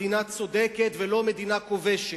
מדינה צודקת ולא מדינה כובשת.